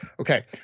okay